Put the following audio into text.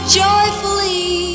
joyfully